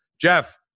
Jeff